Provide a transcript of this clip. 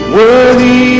worthy